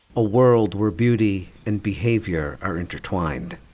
a world where beauty and behavior are intertwined.